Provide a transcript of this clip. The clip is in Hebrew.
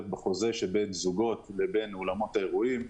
בחוזה שבין זוגות לבין אולמות אירועים.